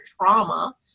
trauma